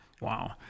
Wow